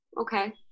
Okay